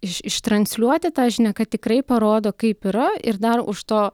iš ištransliuoti tą žinią kad tikrai parodo kaip yra ir dar už to